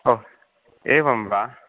ओ एवं वा